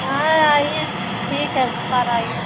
हाँ आइए ठीक है इस बार आइए